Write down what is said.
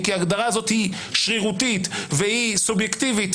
כי ההגדרה הזאת היא שרירותית והיא סובייקטיבית,